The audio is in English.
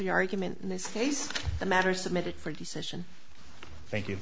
the argument in this case the matter submitted for decision thank you